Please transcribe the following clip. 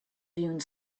dune